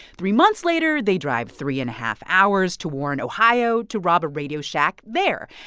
three months later, they drive three and a half hours to warren, ohio, to rob a radio shack there,